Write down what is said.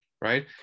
Right